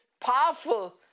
powerful